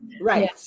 right